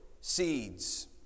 seeds